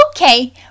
Okay